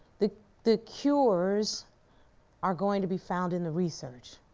the the cures are going to be found in the research